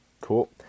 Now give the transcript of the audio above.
Cool